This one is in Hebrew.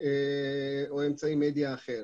או אמצעי מדיה אחר.